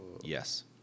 Yes